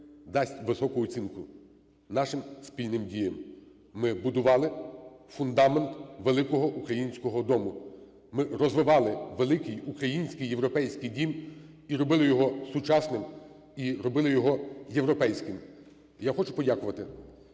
дасть високу оцінку нашим спільним діям. Ми будували фундамент великого українського дому, ми розвивали великий український європейський дім і робили сучасним, і робили його європейським. І я хочу подякувати